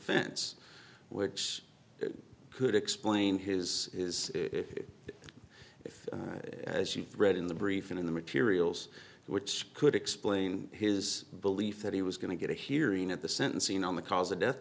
fense which could explain his if as you read in the brief in the materials which could explain his belief that he was going to get a hearing at the sentencing on the cause of death